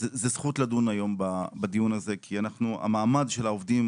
זכות לקיים היום את הדיון הזה כי המעמד של העובדים,